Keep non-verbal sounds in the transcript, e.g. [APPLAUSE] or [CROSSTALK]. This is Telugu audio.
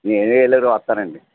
[UNINTELLIGIBLE] వస్తానండి